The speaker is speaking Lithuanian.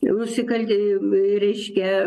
nusikalti reiškia